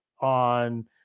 on